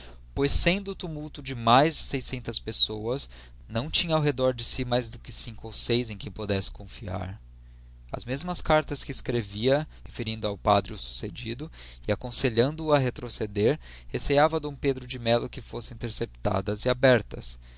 pois sendo o tumulto de mais de seiscentas pessoas não tinha ao redor de si mais do que cinco ou seis em quem pudesse confiar as mesmas cartas que escrevia referindo ao padre o succedido e aconselhando o a retroceder receiava d pedro de mello que fossem interceptadas e abertas